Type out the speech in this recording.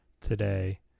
today